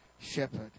shepherd